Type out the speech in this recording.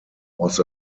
was